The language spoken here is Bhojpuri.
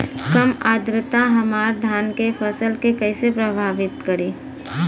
कम आद्रता हमार धान के फसल के कइसे प्रभावित करी?